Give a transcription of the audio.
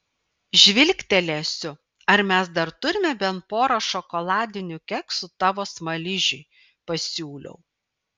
žvilgtelėsiu ar mes dar turime bent porą šokoladinių keksų tavo smaližiui pasiūliau